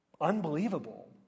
unbelievable